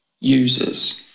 users